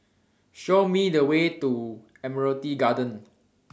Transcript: Show Me The Way to Admiralty Garden